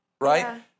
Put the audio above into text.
Right